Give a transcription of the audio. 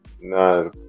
No